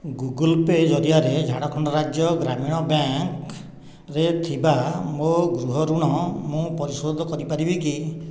Google Pay ଜରିଆରେ ଝାଡ଼ଖଣ୍ଡ ରାଜ୍ୟ ଗ୍ରାମୀଣ ବ୍ୟାଙ୍କ୍ରେ ଥିବା ମୋ ଗୃହ ଋଣ ମୁଁ ପରିଶୋଧ କରିପାରିବି କି